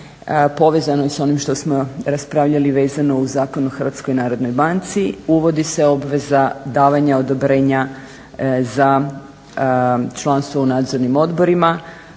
Povezano je s onim što smo raspravljali vezano uz Zakon o HNB-u. Uvodi se obveza davanja odobrenja za članstvo u nadzornim odborima